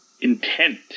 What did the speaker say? intent